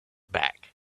back